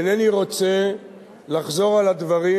ואינני רוצה לחזור על הדברים,